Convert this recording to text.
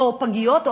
ופגיות,